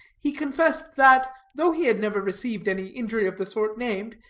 he confessed that, though he had never received any injury of the sort named,